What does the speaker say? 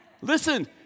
Listen